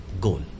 goal